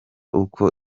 uko